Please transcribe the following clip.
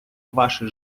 ваше